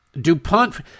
dupont